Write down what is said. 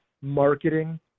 marketing